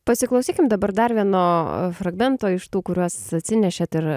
pasiklausykim dabar dar vieno fragmento iš tų kuriuos atsinešėt ir